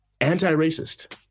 anti-racist